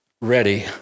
ready